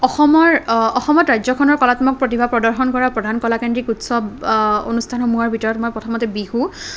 অসমৰ অসমত ৰাজ্যখনৰ কলাত্মক প্ৰতিভা প্ৰদৰ্শন কৰা প্ৰধান কলাকেন্দ্ৰিক উৎচৱ অনুষ্ঠানসমূহৰ ভিতৰত মই প্ৰথমতে বিহু